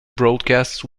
broadcast